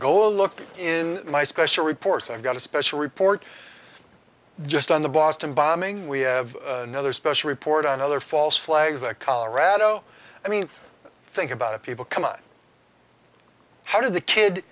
go look in my special reports i've got a special report just on the boston bombing we have another special report on another false flags that colorado i mean think about it people come on how did the kid